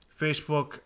Facebook